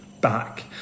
back